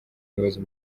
ibibazo